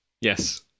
Yes